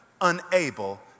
unable